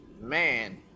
man